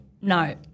No